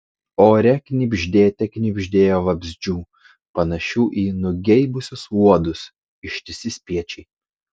ore knibždėte knibždėjo vabzdžių panašių į nugeibusius uodus ištisi spiečiai